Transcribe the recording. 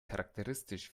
charakteristisch